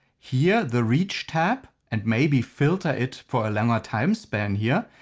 here the reach tab, and maybe filter it for a longer time span here,